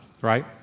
right